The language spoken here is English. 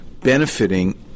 benefiting